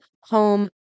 home